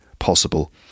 Possible